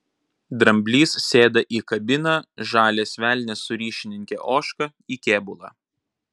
dramblys sėda į kabiną žalias velnias su ryšininke ožka į kėbulą